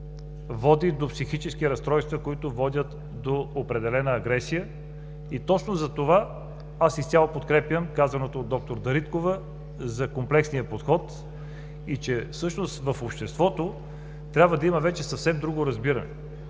води до психически разстройства, които водят до определена агресия. И точно затова аз изцяло подкрепям казаното от д-р Дариткова за комплексния подход и че всъщност в обществото трябва да има вече съвсем друго разбиране.